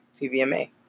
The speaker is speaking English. TVMA